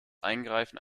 eingreifen